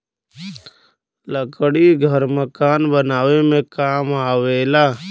लकड़ी घर मकान बनावे में काम आवेला